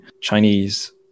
Chinese